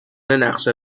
نقشه